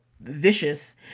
vicious